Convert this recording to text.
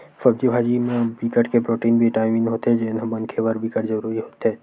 सब्जी भाजी के म बिकट के प्रोटीन, बिटामिन होथे जेन ह मनखे बर बिकट जरूरी होथे